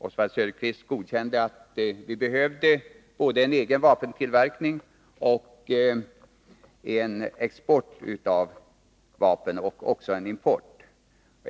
Oswald Söderqvist godkände att vi behöver både en egen vapentillverkning och en export av vapen samt även en import.